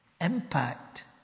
Impact